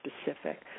specific